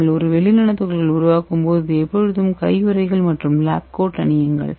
நீங்கள் வெள்ளி நானோ துகள்களை உருவாக்கும்போது எப்போதும் கையுறைகள் மற்றும் லேப் கோட் அணியுங்கள்